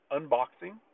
unboxing